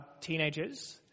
teenagers